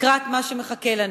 לקראת מה שמחכה לנו.